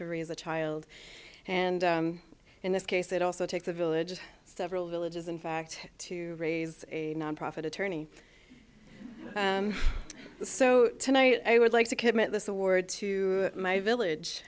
to raise a child and in this case it also takes a village several villages in fact to raise a nonprofit attorney so tonight i would like to commit this award to my village